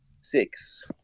six